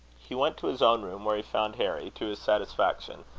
he went to his own room, where he found harry, to his satisfaction,